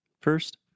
First